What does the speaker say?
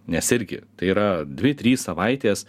nes irgi tai yra dvi trys savaitės